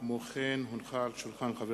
כי הונחו היום על שולחן הכנסת,